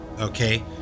Okay